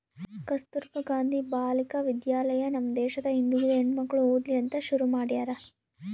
ಕಸ್ತುರ್ಭ ಗಾಂಧಿ ಬಾಲಿಕ ವಿದ್ಯಾಲಯ ನಮ್ ದೇಶದ ಹಿಂದುಳಿದ ಹೆಣ್ಮಕ್ಳು ಓದ್ಲಿ ಅಂತ ಶುರು ಮಾಡ್ಯಾರ